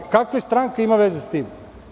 Kakve stranka ima veze sa tim?